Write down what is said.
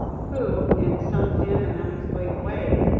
who, in some dim and unexplained way,